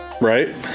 Right